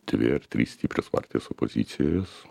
dvi ar trys stiprios partijos opozicijos